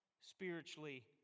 spiritually